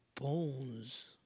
bones